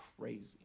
crazy